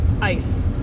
ice